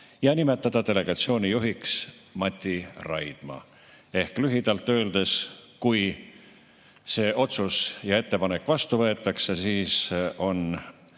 ja nimetada delegatsiooni juhiks Mati Raidma. Ehk lühidalt öeldes, kui see otsus ja ettepanek vastu võetakse, siis on